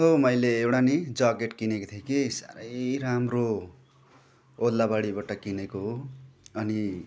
औ मैले एउटा नि ज्याकेट किनेको थिएँ कि साह्रै राम्रो ओद्लाबाडीबाट किनेको हो अनि